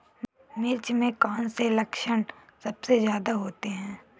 मिर्च में कौन से लक्षण सबसे ज्यादा होते हैं?